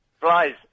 Flies